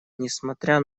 несмотря